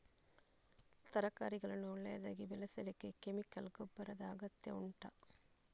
ತರಕಾರಿಗಳನ್ನು ಒಳ್ಳೆಯದಾಗಿ ಬೆಳೆಸಲಿಕ್ಕೆ ಕೆಮಿಕಲ್ ಗೊಬ್ಬರದ ಅಗತ್ಯ ಉಂಟಾ